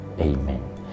Amen